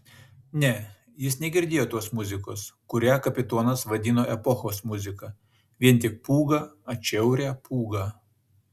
ne jis negirdėjo tos muzikos kurią kapitonas vadino epochos muzika vien tik pūgą atšiaurią pūgą